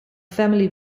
family